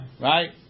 Right